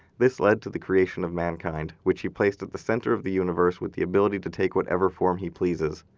this led to the creation of mankind, which he placed at the center of the universe with the ability to take whatever form he pleases.